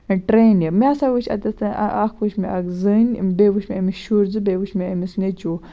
ٹرٛینہِ مےٚ ہَسا وٕچھۍ اَتٮ۪تھ اَکھ وٕچھ مےٚ اَکھ زٔنۍ بیٚیہِ وٕچھ مےٚ أمِس شُرۍ زٕ بیٚیہِ وٕچھ مےٚ أمِس نیٚچِو